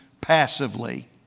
passively